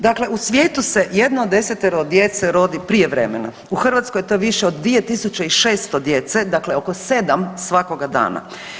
Dakle, u svijetu se jedno do 10-toro djece rodi prijevremeno, u Hrvatskoj je to više od 2.600 djece, dakle oko 7 svakoga dana.